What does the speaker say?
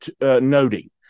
noting